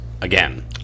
Again